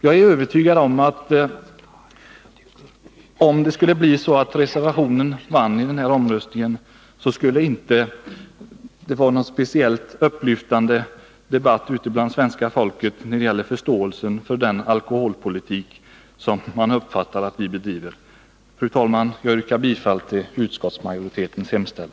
Jag är övertygad om att om reservationen vunne vid omröstningen, skulle det inte bli någon speciellt upplyftande debatt bland svenska folket om den alkoholpolitik som vi bedriver. Fru talman! Jag yrkar bifall till utskottsmajoritetens hemställan.